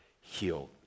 healed